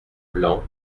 blanc